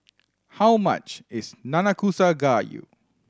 how much is Nanakusa Gayu